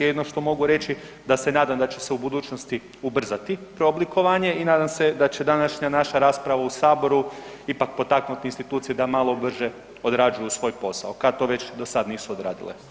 Jedino što mogu reći da se nadam da će se u budućnosti ubrzati preoblikovanje, i nadam se da će današnja naša rasprava u Saboru ipak potaknuti institucije da malo brže odrađuju svoj posao, kad to već do sad nisu odradile.